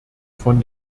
von